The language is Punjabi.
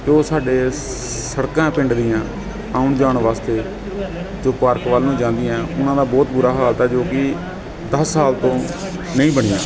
ਜੋ ਸਾਡੇ ਸ ਸੜਕਾਂ ਪਿੰਡ ਦੀਆਂ ਆਉਣ ਜਾਣ ਵਾਸਤੇ ਜੋ ਪਾਰਕ ਵੱਲ ਨੂੰ ਜਾਂਦੀਆਂ ਉਹਨਾਂ ਦਾ ਬਹੁਤ ਬੁਰਾ ਹਾਲਤ ਹੈ ਜੋ ਕਿ ਦਸ ਸਾਲ ਤੋਂ ਨਹੀਂ ਬਣੀਆਂ